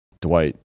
Dwight